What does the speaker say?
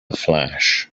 flash